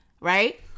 Right